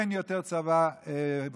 אין יותר צבא חובה.